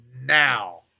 now